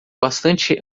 bastante